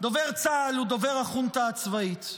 דובר צה"ל הוא דובר החונטה הצבאית.